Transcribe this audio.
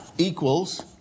Equals